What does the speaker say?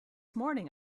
morning